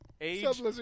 age